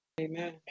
Amen